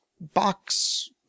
box